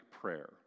prayer